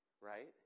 Right